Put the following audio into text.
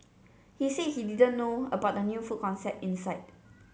he said he didn't know about the new food concept inside